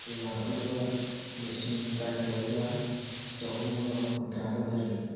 ꯂꯥꯛ ꯑꯃꯒ ꯂꯤꯁꯤꯡ ꯇꯔꯥꯅꯤꯊꯣꯏꯒ ꯆꯍꯨꯝꯒ ꯍꯨꯝꯗ꯭ꯔꯥꯒ ꯃꯔꯤ